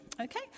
okay